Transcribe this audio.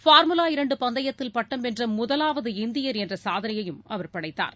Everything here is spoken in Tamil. பார்முலா இரண்டுபந்தயத்தில் பட்டம் வென்றமுதலாவது இந்தியர் என்றசாதனையையும் அவர் படைத்தார்